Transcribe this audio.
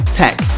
tech